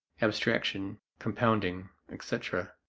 abstraction compounding, etc.